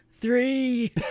three